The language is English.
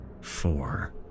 Four